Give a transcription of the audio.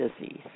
disease